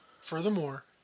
furthermore